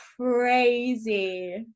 crazy